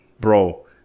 bro